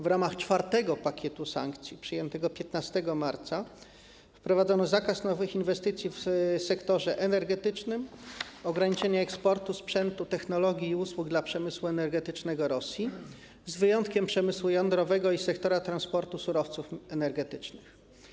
W ramach czwartego pakietu sankcji przyjętego 15 marca wprowadzono zakaz nowych inwestycji w sektorze energetycznym, ograniczenie eksportu sprzętu, technologii i usług dla przemysłu energetycznego Rosji, z wyjątkiem przemysłu jądrowego i sektora transportu surowców energetycznych.